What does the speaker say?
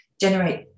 generate